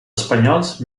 espanyols